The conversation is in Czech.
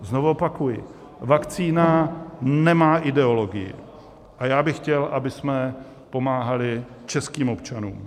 Znovu opakuji, vakcína nemá ideologii a já bych chtěl, abychom pomáhali českým občanům.